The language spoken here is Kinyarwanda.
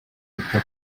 witwa